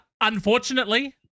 Unfortunately